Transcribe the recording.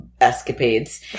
escapades